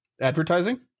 advertising